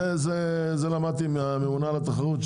את זה למדתי מהממונה על התחרות.